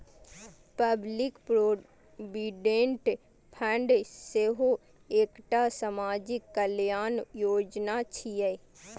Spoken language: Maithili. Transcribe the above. पब्लिक प्रोविडेंट फंड सेहो एकटा सामाजिक कल्याण योजना छियै